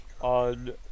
on